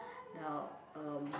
the um